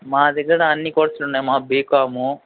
మా దగ్గర అన్ని కోర్సులు ఉన్నాయి మా బీకాం